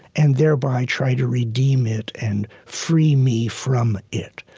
and thereby try to redeem it and free me from it.